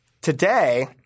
today –